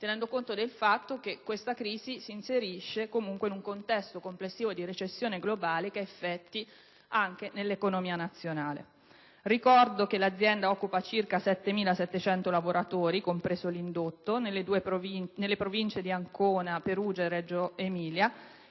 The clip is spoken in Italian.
tenendo conto del fatto che essa si inserisce all'interno di una recessione globale che ha effetti anche sull'economia nazionale. Ricordo che l'azienda occupa circa 7.700 lavoratori (compreso l'indotto) nelle province di Ancona, Perugia e Reggio Emilia